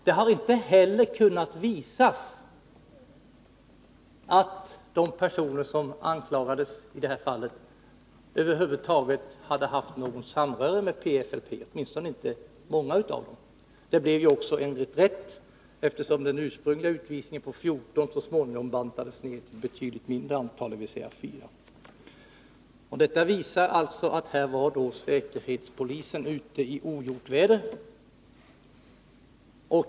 Det har inte heller kunnat visas att de personer — åtminstone inte många av dem — som anklagades i det här fallet över huvud taget hade haft något samröre med PFLP-GC. Det blev ju också en reträtt, eftersom den ursprungliga utvisningen av 14 personer så småningom bantades ned till att gälla ett betydligt mindre antal. Detta visar att säkerhetspolisen var ute i ogjort väder.